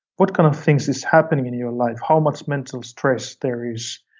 what kind of things is happening in your life? how much mental stress there is?